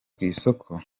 kwisoko